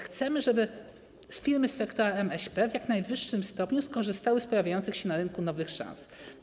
Chcemy, żeby firmy z sektora MŚP w jak najwyższym stopniu skorzystały z pojawiających się na rynku nowych szans.